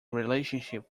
relationship